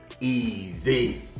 Easy